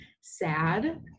sad